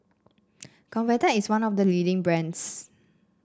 Convatec is one of the leading brands